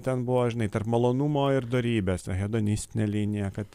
ten buvo žinai tarp malonumo ir dorybės ten hedonistinė linija kad